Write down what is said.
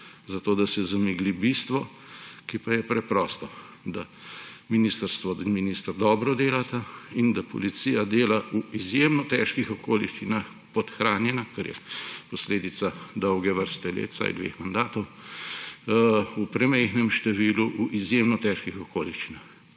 zato da se zamegli bistvo, ki pa je preprosto – da ministrstvo in minister dobro delata in da policija dela v izjemno težkih okoliščinah, podhranjena, kar je posledica dolge vrste let, vsaj dveh mandatov, v premajhnem številu, v izjemno težkih okoliščinah.